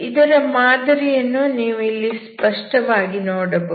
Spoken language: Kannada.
ಇದರ ಮಾದರಿಯನ್ನು ನೀವು ಇಲ್ಲಿ ಸ್ಪಷ್ಟವಾಗಿ ನೋಡಬಹುದು